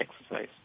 exercise